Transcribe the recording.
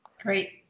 great